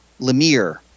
Lemire